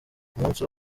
umunsi